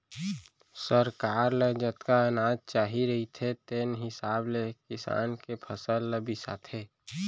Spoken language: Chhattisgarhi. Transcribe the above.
सरकार ल जतका अनाज चाही रहिथे तेन हिसाब ले किसान के फसल ल बिसाथे